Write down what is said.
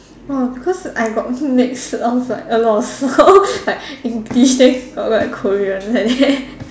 oh because I got mixed off like a lot of like English then got like Korean like that